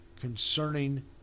concerning